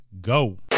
go